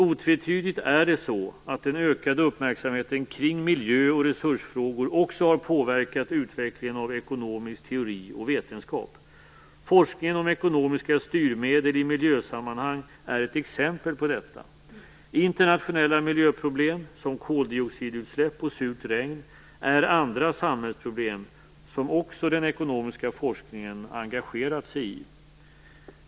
Otvetydigt är det så att den ökade uppmärksamheten kring miljö och resursfrågor också har påverkat utvecklingen av ekonomisk teori och vetenskap. Forskningen om ekonomiska styrmedel i miljösammanhang är ett exempel på detta. Internationella miljöproblem som koldioxidutsläpp och surt regn är andra samhällsproblem som också den ekonomiska forskningen engagerat sig i.